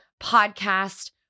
podcast